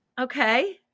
Okay